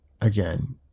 again